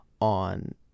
on